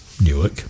newark